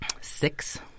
Six